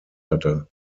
hatte